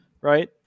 right